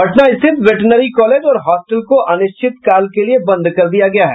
पटना रिथत veterinary college और hostel को अनिश्चितकाल के लिए बंद कर दिया गया है